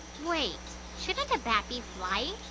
wait. shouldn't a bat be flying?